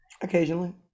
Occasionally